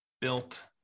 built